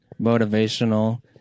motivational